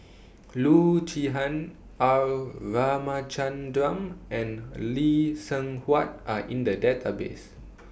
Loo Zihan R Ramachandran and Lee Seng Huat Are in The Database